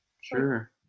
Sure